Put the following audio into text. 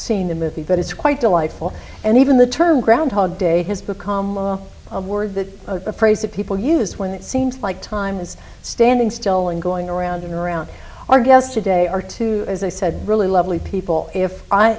seen the movie but it's quite delightful and even the term groundhog day has become a word that a phrase that people use when it seems like time is standing still and going around and around our guests today are two as i said really lovely people if i